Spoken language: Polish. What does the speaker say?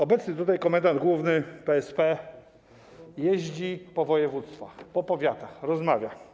Obecny tutaj komendant główny PSP jeździ po województwach, powiatach, rozmawia.